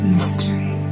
Mystery